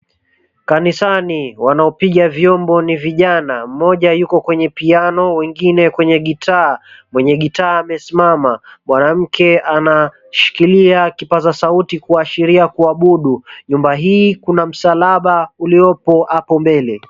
Kanisani wanaopiga vyombo ni vijana, mmoja yuko kwenye piano mwengine kwenye gitaa, mwenye gitaa amesimama. Mwanamke anashikilia kipaza sauti kuashiria kuabudu, nyumba hii kuna msalaba uliyopo hapo mbele.